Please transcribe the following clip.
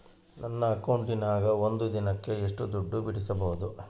ನನ್ನ ಅಕೌಂಟಿನ್ಯಾಗ ಒಂದು ದಿನಕ್ಕ ಎಷ್ಟು ದುಡ್ಡು ಬಿಡಿಸಬಹುದು?